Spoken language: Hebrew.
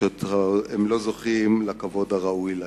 שהם לא זוכים לכבוד הראוי להם.